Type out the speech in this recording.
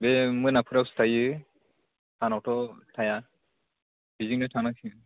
बे मोनाफोरावसो थायो सानावथ' थाया बेथिंजायनो थांनांसिगोन